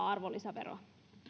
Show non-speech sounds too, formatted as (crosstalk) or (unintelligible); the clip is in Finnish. (unintelligible) arvonlisäveroa